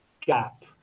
gap